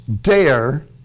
dare